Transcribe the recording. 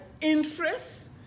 interests